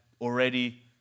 already